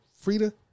Frida